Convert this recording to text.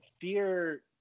fear